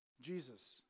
jesus